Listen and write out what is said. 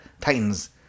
Titans